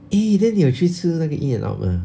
eh then 你有去吃那个 In-N-Out mah